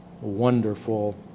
wonderful